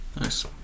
Nice